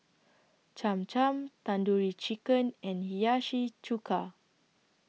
Cham Cham Tandoori Chicken and Hiyashi Chuka